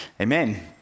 Amen